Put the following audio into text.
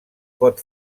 pot